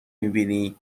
میبینی